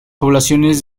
poblaciones